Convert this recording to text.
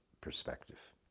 perspective